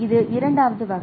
இது இரண்டாவது வகை